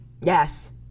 Yes